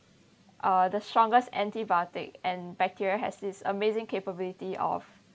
uh the strongest antibiotic and bacteria has this amazing capability of